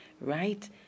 right